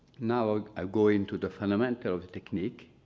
now ah i'm going to the fundamental technique.